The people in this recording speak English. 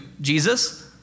Jesus